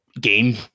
game